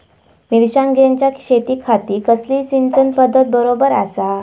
मिर्षागेंच्या शेतीखाती कसली सिंचन पध्दत बरोबर आसा?